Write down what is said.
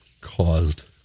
caused